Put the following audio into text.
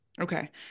Okay